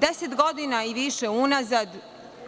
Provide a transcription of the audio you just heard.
Deset godina i više unazad,